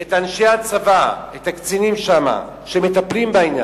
את אנשי הצבא, את הקצינים שם, שמטפלים בעניין.